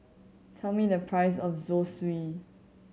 tell me the price of Zosui